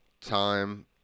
time